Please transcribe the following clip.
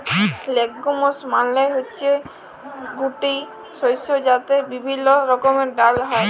legumes মালে হচ্যে গুটি শস্য যাতে বিভিল্য রকমের ডাল হ্যয়